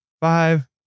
five